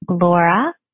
Laura